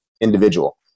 individual